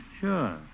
Sure